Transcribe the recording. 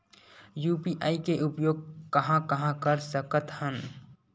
UPI के उपयोग कहां कहा कर सकत हन?